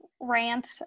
rant